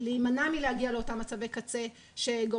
תסייע להם להימנע מלהגיע לאותם מצבי קצה שגורמים